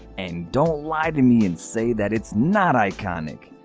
and don't lie to me and say that it's not iconic!